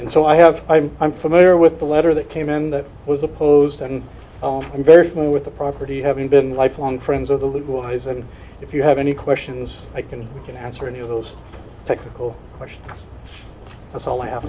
and so i have i'm i'm familiar with the letter that came in that was opposed and i'm very familiar with the property having been lifelong friends of the legal highs and if you have any questions i can can answer any of those technical questions that's all i have